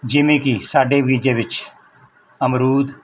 ਜਿਵੇਂ ਕਿ ਸਾਡੇ ਬਗੀਚੇ ਵਿੱਚ ਅਮਰੂਦ